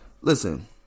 Listen